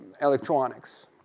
electronics